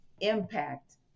impact